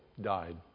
died